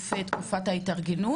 סוף תקופת ההתארגנות?